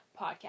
podcast